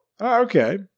Okay